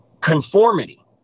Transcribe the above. conformity